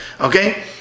Okay